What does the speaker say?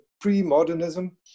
pre-modernism